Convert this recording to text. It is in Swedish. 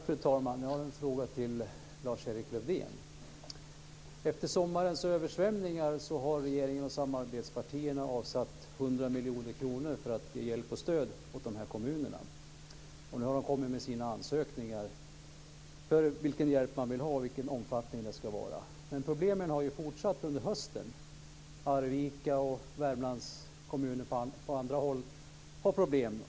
Fru talman! Jag har en fråga till Lars-Erik Lövdén. Efter sommarens översvämningar har regeringen och samarbetspartierna avsatt 100 miljoner kronor för att ge hjälp och stöd till dessa kommuner. Nu har kommunerna inkommit med sina ansökningar om vilken hjälp de vill ha och vilken omfattning hjälpen ska ha. Men problemen har ju fortsatt under hösten. Arvika och flera andra Värmlandskommuner har problem.